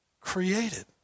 created